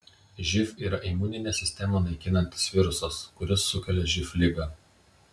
živ yra imuninę sistemą naikinantis virusas kuris sukelia živ ligą